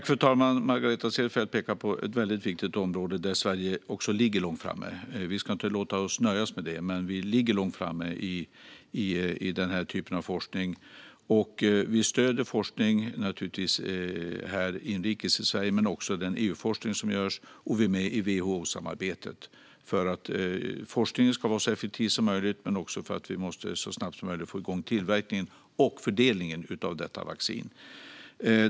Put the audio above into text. Fru talman! Margareta Cederfelt pekar på ett väldigt viktigt område där Sverige ligger långt framme. Vi ska inte låta oss nöjas med det, men vi ligger långt framme i den typen av forskning. Vi stöder forskning inrikes i Sverige men också den EU-forskning som bedrivs, och vi är med i WHO-samarbetet, för att forskningen ska vara så effektiv som möjligt. Vi måste så snabbt som möjligt få igång tillverkning och fördelning av detta vaccin.